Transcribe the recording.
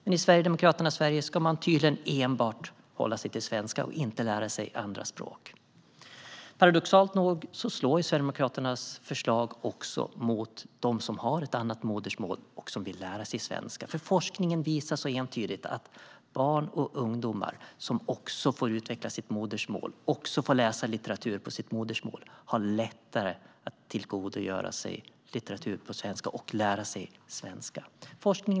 Men i Sverigedemokraternas Sverige ska man tydligen enbart hålla sig till svenska och inte lära sig andra språk. Paradoxalt nog slår Sverigedemokraternas förslag också mot dem som har ett annat modersmål och som vill lära sig svenska. Forskningen visar entydigt att barn och ungdomar som också får utveckla sitt modersmål och får läsa litteratur på detta har lättare att tillgodogöra sig litteratur på svenska och lära sig svenska.